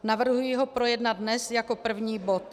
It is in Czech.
Navrhuji ho projednat dnes jako první bod.